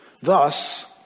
Thus